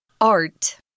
Art